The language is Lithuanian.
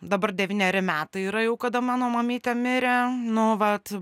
dabar devyneri metai yra jau kada mano mamytė mirė nu vat